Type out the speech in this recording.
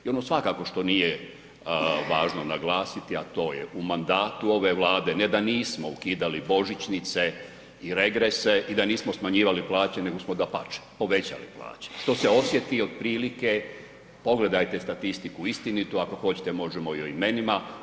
I ono svakako što nije, važno naglasiti a to je u mandatu ove Vlade ne da nismo ukidali božićnice i regrese i da nismo smanjivali plaće nego smo dapače povećali plaće što se osjeti otprilike, pogledajte statistiku istinitu, ako hoćete možemo i o imenima.